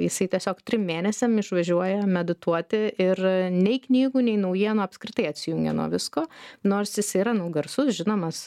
jisai tiesiog trim mėnesiam išvažiuoja medituoti ir nei knygų nei naujienų apskritai atsijungia nuo visko nors jis yra nu garsus žinomas